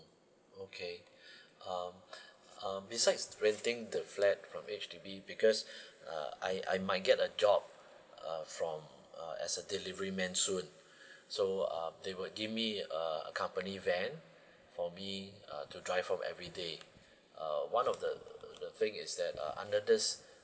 okay um um besides renting the flat from H_D_B because uh I I might get a job uh from uh as a delivery man soon so um they would give me uh a company van for me uh to drive home every day uh one of the the thing is that uh under this